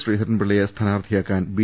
ശ്രീധരൻപിള്ളയെ സ്ഥാനാർഥിയാക്കാൻ ബി